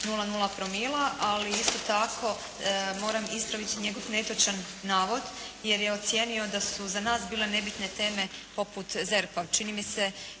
ukida 0,0 promila. Ali isto tako moram ispraviti njegov netočan navod, jer je ocijenio da su za nas bile nebitne teme poput ZERP-a.